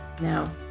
Now